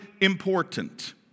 important